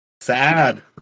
sad